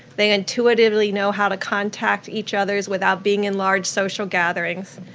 they intuitively know how to contact each others without being in large social gatherings.